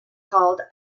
called